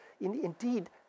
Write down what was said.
Indeed